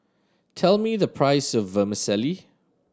tell me the price of Vermicelli